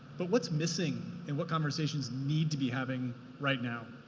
but what's missing and what conversations need to be having right now,